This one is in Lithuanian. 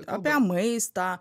apie maistą